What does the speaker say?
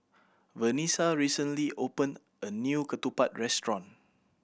Vanessa recently opened a new ketupat restaurant